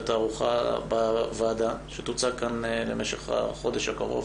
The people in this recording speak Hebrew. לתערוכה בוועדה שתוצג כאן למשך החודש הקרוב,